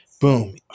Boom